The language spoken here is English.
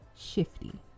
Shifty